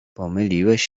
pomyliłeś